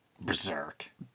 Berserk